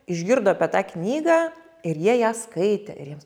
išgirdo apie tą knygą ir jie ją skaitė ir jiems